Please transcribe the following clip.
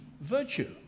virtue